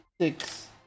six